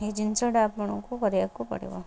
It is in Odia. ଏଇ ଜିନିଷଟା ଆପଣଙ୍କୁ କରିବାକୁ ପଡ଼ିବ